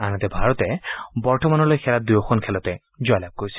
আনহাতে ভাৰতে বৰ্তমানলৈ খেলা দুয়োখনত খেলতে জয়লাভ কৰিছে